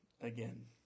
again